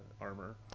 armor